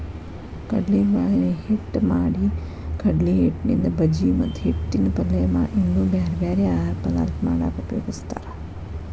ಕಡ್ಲಿಬ್ಯಾಳಿನ ಹಿಟ್ಟ್ ಮಾಡಿಕಡ್ಲಿಹಿಟ್ಟಿನಿಂದ ಬಜಿ ಮತ್ತ ಹಿಟ್ಟಿನ ಪಲ್ಯ ಇನ್ನೂ ಬ್ಯಾರ್ಬ್ಯಾರೇ ಆಹಾರ ಪದಾರ್ಥ ಮಾಡಾಕ ಉಪಯೋಗಸ್ತಾರ